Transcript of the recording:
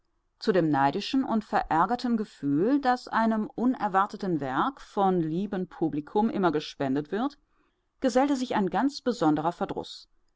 zu dem neidischen und verärgerten gefühl das einem unerwarteten werk vom lieben publikum immer gespendet wird gesellte sich ein ganz besonderer